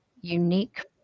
unique